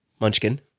Munchkin